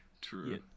true